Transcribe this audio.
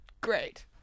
great